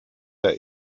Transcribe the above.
der